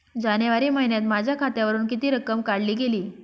जानेवारी महिन्यात माझ्या खात्यावरुन किती रक्कम काढली गेली?